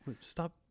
Stop